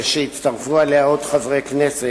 והצטרפו אליה עוד חברי הכנסת,